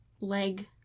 leg